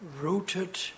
rooted